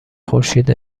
خورشید